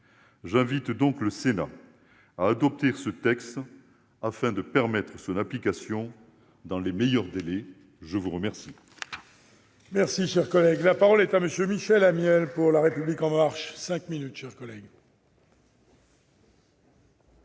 J'invite donc le Sénat à adopter ce texte afin de permettre son application dans les meilleurs délais. La parole